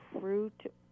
fruit